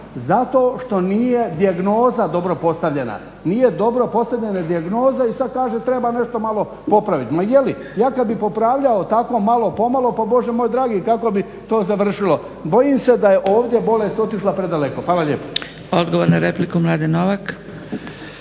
Zato što nije dijagnoza dobro postavljena, nije dobro postavljena dijagnoza i sad kaže treba nešto malo popraviti, ma je li? Ja kad bih popravljao takvo malo po malo, pa Bože moj dragi kako bi to završilo? Bojim se da je ovdje bolest otišla predaleko. Hvala lijepo. **Zgrebec, Dragica